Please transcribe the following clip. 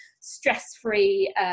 stress-free